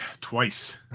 twice